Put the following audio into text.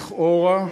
לכאורה,